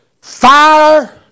fire